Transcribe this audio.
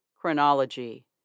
Chronology